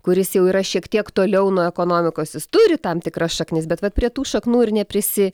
kuris jau yra šiek tiek toliau nuo ekonomikos jis turi tam tikras šaknis bet vat prie tų šaknų ir neprisi